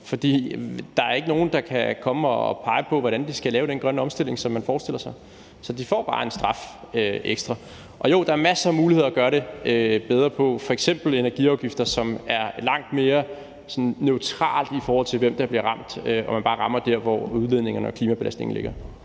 for der er ikke nogen, der kan komme og pege på, hvordan vi skal lave den grønne omstilling, som man forestiller sig, så de får bare en straf ekstra. Og jo, der er masser af muligheder at gøre det bedre på, f.eks. energiafgifter, som er langt mere sådan neutrale, i forhold til hvem der bliver ramt, og i forhold til hvor udledningerne og klimabelastningen ligger.